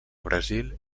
brasil